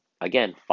Again